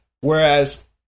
whereas